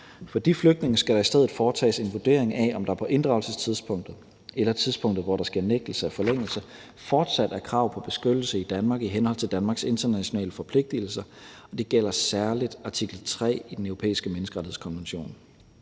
For de flygtninge skal der i stedet foretages en vurdering af, om der på inddragelsestidspunktet eller tidspunktet, hvor der sker nægtelse af forlængelse, fortsat er krav på beskyttelse i Danmark i henhold til Danmarks internationale forpligtelser, og det gælder særlig artikel 3 i Den Europæiske Menneskerettighedskonvention.